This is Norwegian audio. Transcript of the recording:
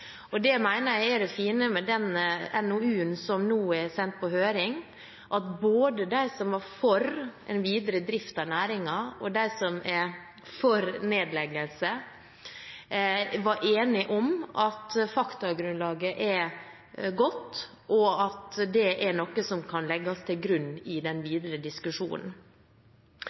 Det mener jeg er det fine med den NOU-en som nå er sendt på høring, at både de som var for en videre drift av næringen, og de som er for nedleggelse, var enige om at faktagrunnlaget er godt, og at det er noe som kan legges til grunn i den